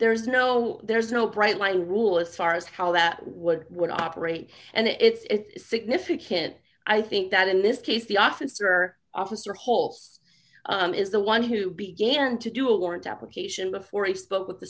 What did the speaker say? there is no there is no bright line rule as far as how that would would operate and it's significant i think that in this case the officer officer holes is the one who began to do a warrant application before he spoke with the